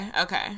okay